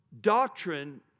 doctrine